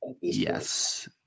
Yes